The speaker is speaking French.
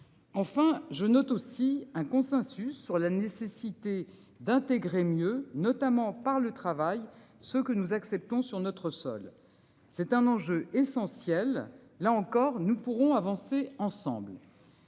Enfin je note aussi un consensus sur la nécessité. D'intégrer mieux notamment par le travail. Ce que nous acceptons sur notre sol. C'est un enjeu essentiel, là encore, nous pourrons avancer ensemble.--